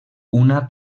una